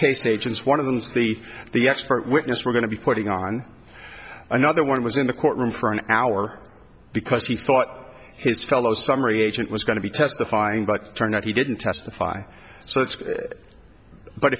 case agents one of them's the the expert witness we're going to be putting on another one was in the courtroom for an hour because he thought his fellow summary agent was going to be testifying but turns out he didn't testify so it's but